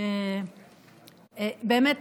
שבאמת